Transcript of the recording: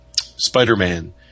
Spider-Man